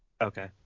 Okay